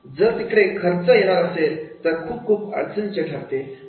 जर तिकडे खर्च येणार असेल तर हे खूप खूप अडचणींचे ठरते